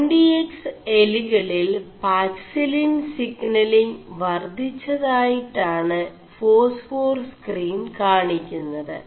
M D X എലികളിൽ പാക ിലിൻ സിPലിങ് വർധിgതായിƒാണ് േഫാസ്േഫാർ സ്4കീൻ കാണി ുMത്